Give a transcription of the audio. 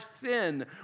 sin